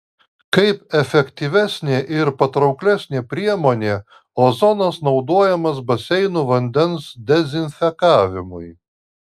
kaip efektyvesnė ir patrauklesnė priemonė ozonas naudojamas baseinų vandens dezinfekavimui